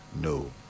No